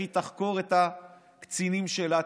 איך היא תחקור את הקצינים שלה,